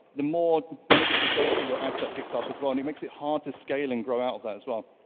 the more negative data your ad set picks up as well, and it makes it hard to scale and grow out of that as well.